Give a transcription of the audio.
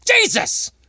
Jesus